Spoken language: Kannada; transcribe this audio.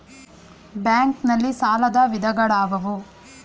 ಬ್ಯಾಂಕ್ ನಲ್ಲಿ ಸಾಲದ ವಿಧಗಳಾವುವು?